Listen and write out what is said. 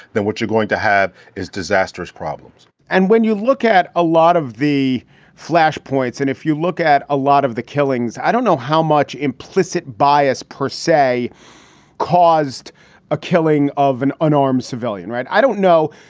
then what you're going to have is disastrous problems and when you look at a lot of the flashpoints and if you look at a lot of the killings, i don't know how much implicit bias persay caused a killing of an unarmed. civilian, right, i don't know,